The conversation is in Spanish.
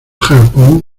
japón